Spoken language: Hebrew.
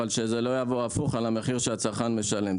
אבל שזה לא יבוא הפוך על המחיר שהצרכן משלם.